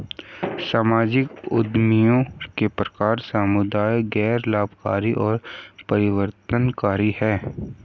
सामाजिक उद्यमियों के प्रकार समुदाय, गैर लाभकारी और परिवर्तनकारी हैं